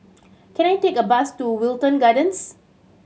can I take a bus to Wilton Gardens